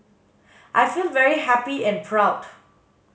I feel very happy and proud